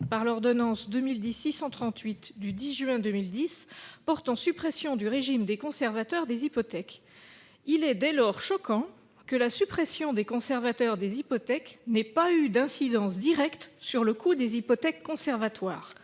par l'ordonnance n° 2010-638 du 10 juin 2010 portant suppression du régime des conservateurs des hypothèques. Il est dès lors choquant que la suppression des conservateurs des hypothèques n'ait pas eu d'incidence directe sur le coût des hypothèques conservatoires.